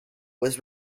was